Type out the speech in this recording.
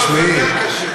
השר גלנט,